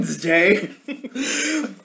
day